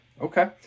Okay